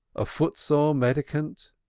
a footsore mendicant,